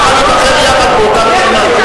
ניבחר יחד באותה רשימה.